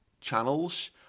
channels